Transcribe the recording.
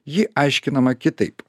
ji aiškinama kitaip